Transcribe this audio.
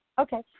Okay